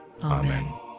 Amen